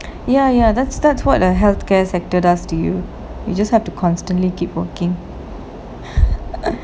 ya ya that's that's what a healthcare sector does to you you just have to constantly keep working